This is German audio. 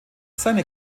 seine